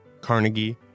Carnegie